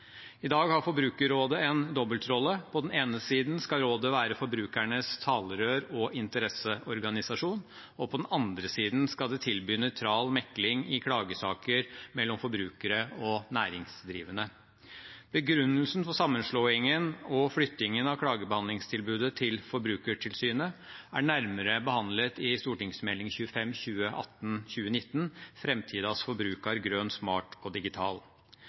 I dag har Forbrukerrådet en dobbeltrolle: På den ene siden skal rådet være forbrukernes talerør og interesseorganisasjon, på den andre siden skal det tilby nøytral mekling i klagesaker mellom forbrukere og næringsdrivende. Begrunnelsen for sammenslåingen og flyttingen av klagebehandlingstilbudet til Forbrukertilsynet er nærmere behandlet i Meld. St. 25 for 2018–2019, Framtidas forbrukar – grøn, smart og digital.